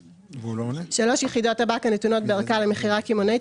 (3) יחידות טבק הנתונות בערכה למכירה קמעונאית